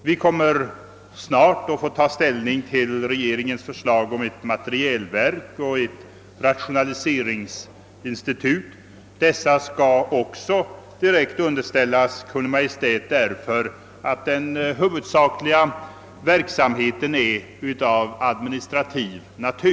Vi kommer snart att få ta ställning till regeringens förslag om ett materielverk och ett rationaliseringsinstitut på försvarets område, vilka också skall direkt underställas Kungl. Maj:t därför att deras huvudsakliga verksamhet är av administrativ natur.